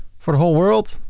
for the whole world,